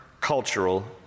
cultural